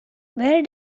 where